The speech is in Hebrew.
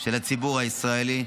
של הציבור הישראלי,